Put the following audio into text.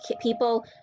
people